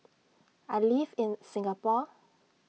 I live in Singapore